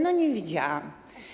No nie widziałam.